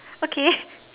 okay